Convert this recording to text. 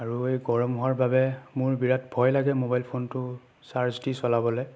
আৰু এই গৰম হোৱাৰ বাবে মোৰ বিৰাট ভয় লাগে মোবাইল ফোনটো ছাৰ্জ দি চলাবলৈ